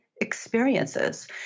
experiences